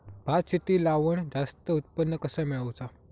भात शेती लावण जास्त उत्पन्न कसा मेळवचा?